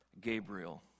gabriel